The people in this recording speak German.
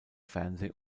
fernseh